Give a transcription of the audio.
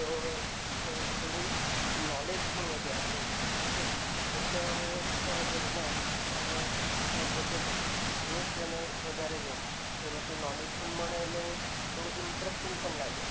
તો થોડું થોડું નોલેજ પણ વધે આપણું ઓકે એટલે અમે ઘરમાં અને હું પોતે પણ ન્યૂઝ ચેનલ વધારે જોઉં એમાંથી નોલેજ પણ મળે થોડું ઇંટ્રસ્ટિંગ પણ લાગે